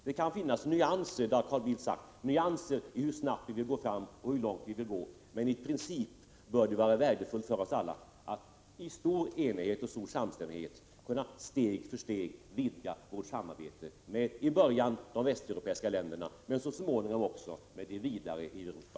Det kan, som Carl Bildt sade, finnas nyansskillnader när det gäller hur snabbt vi vill gå fram och hur långt vi vill gå, men i princip bör det vara värdefullt för oss alla att i stor enighet och stor samstämmighet steg för steg kunna vidga vårt samarbete med till att börja med de västeuropeiska länderna och så småningom också det vidare Europa.